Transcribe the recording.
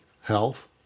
health